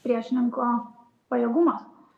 priešininko pajėgumas